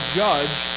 judge